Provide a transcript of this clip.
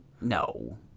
No